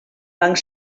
banc